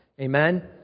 Amen